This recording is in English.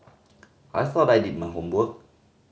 I thought I did my homework